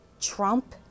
Trump